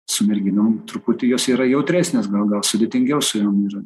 su merginom truputį jos yra jautresnės gal gal sudėtingiau su jom ir